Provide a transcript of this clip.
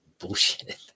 Bullshit